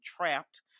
trapped